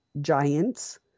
giants